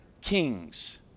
kings